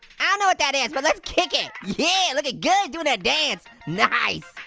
and know what that is, but let's kick it. yeah, looking good doing that dance, nice.